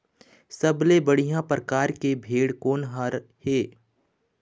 सबले बढ़िया परकार के भेड़ कोन हर ये?